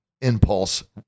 impulse